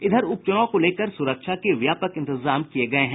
इधर उप चूनाव को लेकर सूरक्षा के व्यापक इंतजाम किये गये हैं